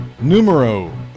Numero